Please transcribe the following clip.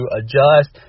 adjust